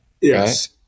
Yes